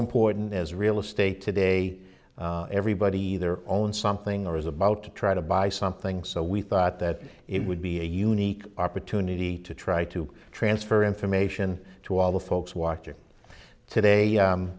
important as real estate today everybody there own something or is about to try to buy something so we thought that it would be a unique opportunity to try to transfer information to all the folks watching today